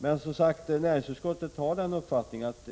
Utskottet har, som sagt, den uppfattningen att